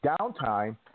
downtime